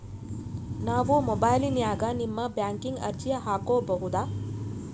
ನಾವು ಮೊಬೈಲಿನ್ಯಾಗ ನಿಮ್ಮ ಬ್ಯಾಂಕಿನ ಅರ್ಜಿ ಹಾಕೊಬಹುದಾ?